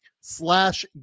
slash